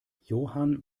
johann